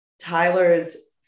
Tyler's